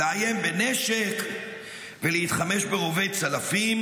לאיים בנשק ולהתחמש ברובי צלפים,